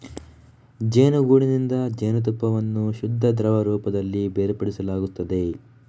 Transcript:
ಜೇನುಗೂಡಿನಿಂದ ಜೇನುತುಪ್ಪವನ್ನು ಶುದ್ಧ ದ್ರವ ರೂಪದಲ್ಲಿ ಬೇರ್ಪಡಿಸಲಾಗುತ್ತದೆ